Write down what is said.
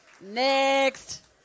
Next